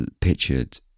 pictured